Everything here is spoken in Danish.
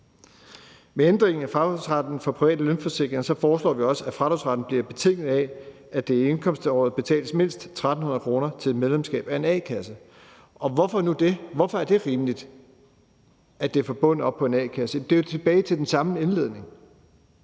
Med ændringen af fradragsretten for private lønforsikringer foreslår vi også, at fradragsretten bliver betinget af, at der i indkomståret betales mindst 1.300 kr. til et medlemskab af en a-kasse, og hvorfor nu det? Hvorfor er det nu rimeligt, at det er bundet op på en a-kasse? Det går jo tilbage til den samme indledning